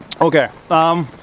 Okay